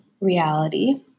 reality